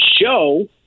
show